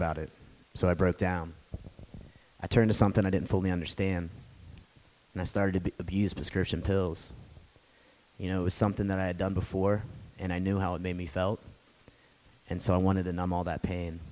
about it so i broke down i turned to something i didn't fully understand and i started the abuse prescription pills you know it was something that i had done before and i knew how it made me felt and so i wanted to numb all that pain